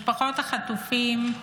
משפחות החטופים.